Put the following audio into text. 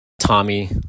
Tommy